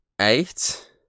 eight